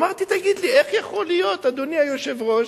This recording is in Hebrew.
אמרתי: תגיד לי, איך יכול להיות, אדוני היושב-ראש,